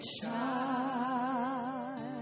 child